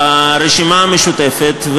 ברשימה המשותפת,